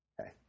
Okay